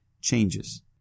changes